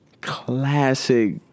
classic